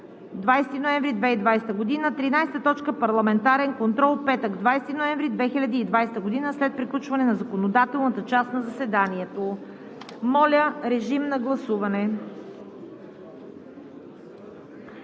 20 ноември 2020 г. 13. Парламентарен контрол – петък, 20 ноември 2020 г., след приключване на законодателната част от заседанието.“ Моля, режим на гласуване.